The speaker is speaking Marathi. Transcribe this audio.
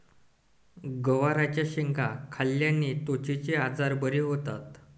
गवारच्या शेंगा खाल्ल्याने त्वचेचे आजार बरे होतात